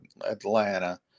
Atlanta